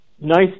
Nice